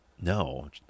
No